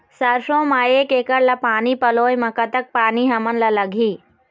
सरसों म एक एकड़ ला पानी पलोए म कतक पानी हमन ला लगही?